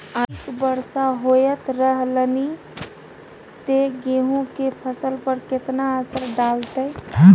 अधिक वर्षा होयत रहलनि ते गेहूँ के फसल पर केतना असर डालतै?